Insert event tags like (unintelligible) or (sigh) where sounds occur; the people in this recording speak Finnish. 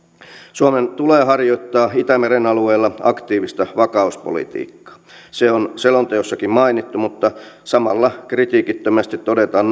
suomen tulee harjoittaa itämeren alueella aktiivista vakauspolitiikkaa se on selonteossakin mainittu mutta samalla kritiikittömästi todetaan (unintelligible)